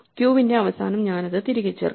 ക്യൂവിന്റെ അവസാനം ഞാൻ അത് തിരികെ ചേർക്കും